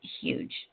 huge